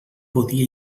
podia